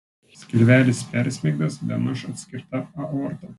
skilvelis persmeigtas bemaž atskirta aorta